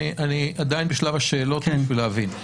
אני עדיין בשלב השאלות בשביל להבין.